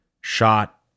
shot